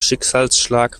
schicksalsschlag